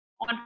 on